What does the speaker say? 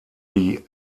die